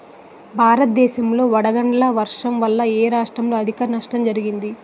భారతదేశం లో వడగళ్ల వర్షం వల్ల ఎ రాష్ట్రంలో అధిక నష్టం జరిగింది?